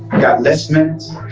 got less minutes.